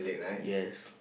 yes